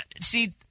see